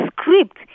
script